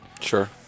Sure